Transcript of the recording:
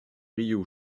río